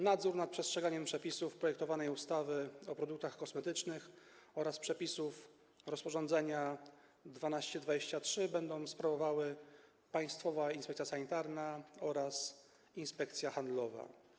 Nadzór nad przestrzeganiem przepisów projektowanej ustawy o produktach kosmetycznych oraz przepisów rozporządzenia nr 1223 będą sprawowały Państwowa Inspekcja Sanitarna oraz Inspekcja Handlowa.